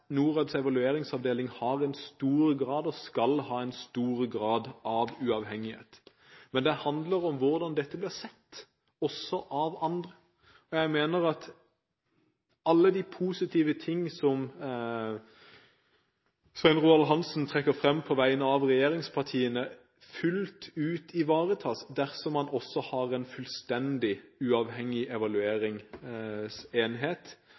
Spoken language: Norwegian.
NORADs evalueringsavdeling har en stor grad av, og skal ha en stor grad av, uavhengighet. Men det handler om hvordan dette blir sett også av andre. Jeg mener at alle de positive ting som Svein Roald Hansen trekker fram på vegne av regjeringspartiene, fullt ut ivaretas dersom man også har en fullstendig uavhengig